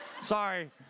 Sorry